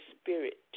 spirit